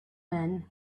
men